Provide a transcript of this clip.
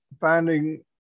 finding